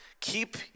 keep